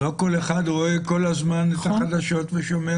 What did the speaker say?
לא כל אחד רואה כל הזמן את החדשות ושומע